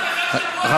זאת התורה שלמדת,